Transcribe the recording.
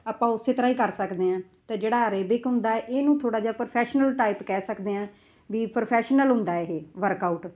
ਆਪਾਂ ਉਸੇ ਤਰ੍ਹਾਂ ਹੀ ਕਰ ਸਕਦੇ ਹਾਂ ਤੇ ਜਿਹੜਾ ਅਰੇਬਿਕ ਹੁੰਦਾ ਇਹਨੂੰ ਥੋੜ੍ਹਾ ਜਿਹਾ ਪ੍ਰੋਫੈਸ਼ਨਲ ਟਾਈਪ ਕਹਿ ਸਕਦੇ ਹਾਂ ਵੀ ਪ੍ਰੋਫੈਸ਼ਨਲ ਹੁੰਦਾ ਇਹ ਵਰਕਆਊਟ